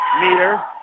meter